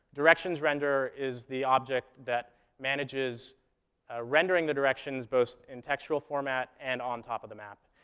directions renderer is the object that manages rendering the directions, both in textual format and on top of the map.